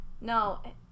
No